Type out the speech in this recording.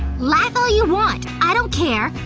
laugh all you want. i don't care.